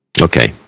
Okay